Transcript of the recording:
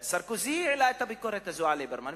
סרקוזי העלה את הביקורת הזאת על ליברמן,